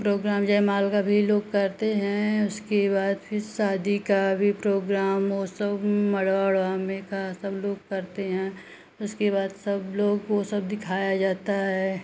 programme जयमाल का भी लोग करते हैं उसके बाद फिर शादी का भी प्रोग्राम वो सब मढ़वा ओढ़वा में का सब लोग करते हैं उसके बाद सब लोग को सब दिखाया जाता है